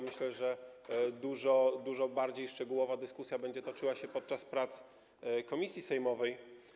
Myślę, że dużo, dużo bardziej szczegółowa dyskusja będzie toczyła się podczas prac komisji sejmowej.